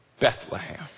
Bethlehem